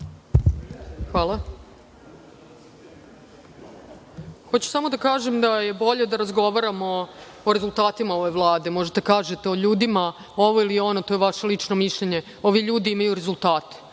Hvala. Hoću samo da kažem da je bolje da razgovaramo o rezultatima ove Vlade. Možete da kažete o ljudima ovo ili ono, to je vaše lično mišljenje, ovi ljudi imaju rezultate